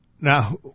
Now